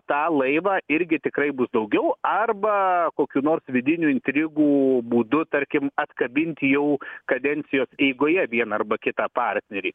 tą laivą irgi tikrai busdaugiau arba kokių nors vidinių intrigų būdu tarkim atkabinti jau kadencijos eigoje vieną arba kitą partnerį